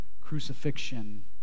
crucifixion